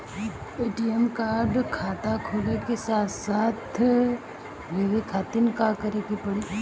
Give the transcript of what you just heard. ATM card खाता खुले के साथे साथ लेवे खातिर का करे के पड़ी?